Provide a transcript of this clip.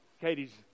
Katie's